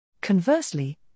Conversely